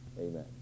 Amen